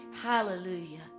Hallelujah